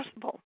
possible